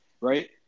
right